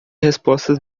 resposta